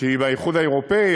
שהיא באיחוד האירופי,